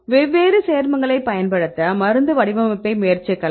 வெவ்வேறு சேர்மங்களைப் பயன்படுத்த மருந்து வடிவமைப்பைப் முயற்சிக்கலாம்